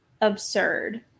absurd